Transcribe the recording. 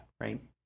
right